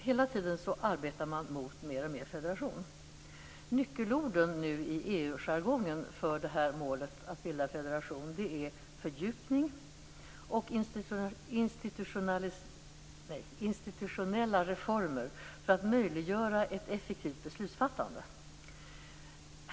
Hela tiden arbetar man mot mer och mer federation. Nyckelorden nu i EU-jargongen för detta mål att bilda en federation är fördjupning och institutionella reformer för att möjliggöra ett effektivt beslutsfattande.